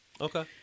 Okay